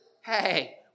Hey